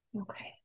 Okay